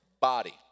body